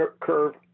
curve